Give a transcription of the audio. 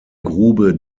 grube